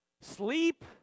sleep